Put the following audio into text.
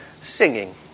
Singing